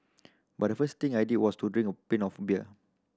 but the first thing I did was to drink a pint of beer